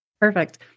Perfect